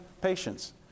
patients